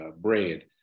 bread